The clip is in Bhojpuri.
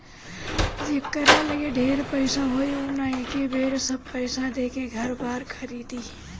जेकरा लगे ढेर पईसा होई उ न एके बेर सब पईसा देके घर बार खरीदी